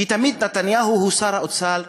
כי תמיד נתניהו הוא שר-אוצר-על.